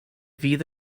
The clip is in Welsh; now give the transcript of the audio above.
fydd